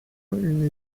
une